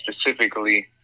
specifically